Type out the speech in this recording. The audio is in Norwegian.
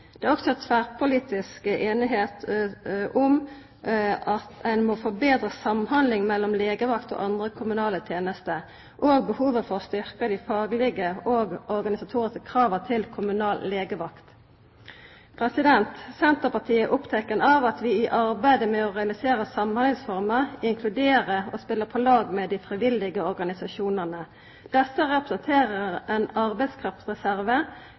Det er også tverrpolitisk semje om behovet for betre samhandling mellom legevakt og andre kommunale tenester, og behovet for å styrkja dei faglege og organisatoriske krava til kommunal legevakt. Senterpartiet er oppteken av at vi i arbeidet med å realisera Samhandlingsreforma inkluderer og spelar på lag med dei frivillige organisasjonane. Desse representerer ein arbeidskraftreserve